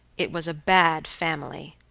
it was a bad family,